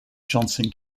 johnson